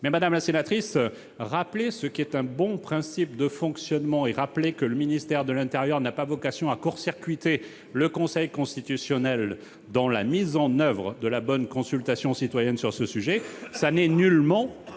Madame la sénatrice, rappeler ce bon principe de fonctionnement et rappeler que le ministère de l'intérieur n'a pas vocation à court-circuiter le Conseil constitutionnel dans la mise en oeuvre de la consultation citoyenne sur ce sujet, ce n'est nullement